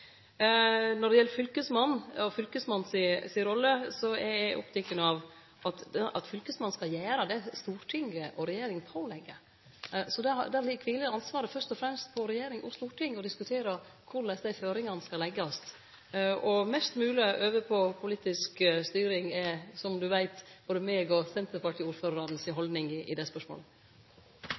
Når det gjeld fylkesmannen si rolle, er eg oppteken av at fylkesmannen skal gjere det Stortinget og regjeringa pålegg. Då kviler ansvaret fyrst og fremst på Stortinget og regjeringa med omsyn til å diskutere korleis dei føringane skal leggjast. Mest mogleg over på politisk styring er, som du veit, både mi og senterpartiordførarane si haldning i det spørsmålet.